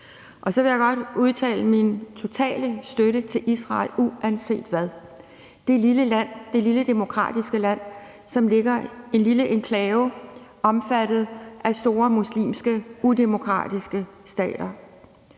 Så vil jeg godt udtale min totale støtte til Israel uanset hvad, altså det lille demokratiske land, som ligger som en lille enklave omringet af store muslimske udemokratiske stater.